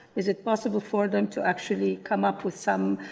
is it possible for them to actually come up with some,